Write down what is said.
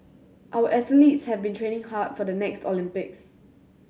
our athletes have been training hard for the next Olympics